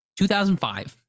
2005